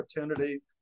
opportunity